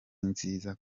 nziza